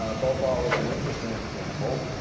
ah bhopal is an interesting example.